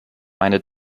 meine